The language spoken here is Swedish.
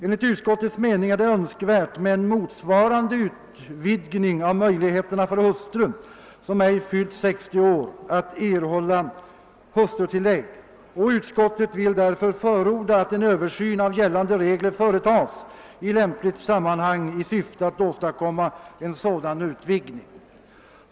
Enligt utskottets mening är det önskvärt med en motsvarande utvidgning av möjligheterna för hustru som ej fyllt 60 år att erhålla hustrutillägg, och utskottet vill därför förorda att en översyn av gällande regler företas i lämpligt sammanhang i syfte att åstadkomma en sådan utvidgning.